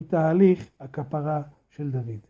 תהליך הכפרה של דוד.